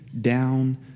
down